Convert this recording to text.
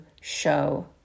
show